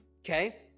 Okay